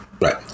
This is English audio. Right